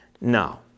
No